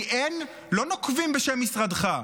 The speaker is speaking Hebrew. כי לא נוקבים בשם משרדך.